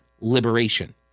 liberation